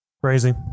crazy